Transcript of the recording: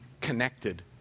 connected